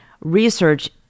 research